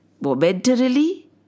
Momentarily